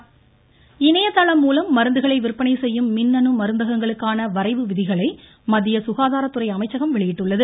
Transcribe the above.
மமமமம மின்னணு மருந்தகங்கள் இணையதளம் மூலம் மருந்துகளை விற்பனை செய்யும் மின்னணு மருந்தகங்களுக்கான வரைவு விதிகளை மத்திய சுகாதாரத்துறை அமைச்சகம் வெளியிட்டுள்ளது